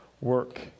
work